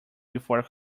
before